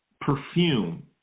Perfume